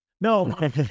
No